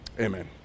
Amen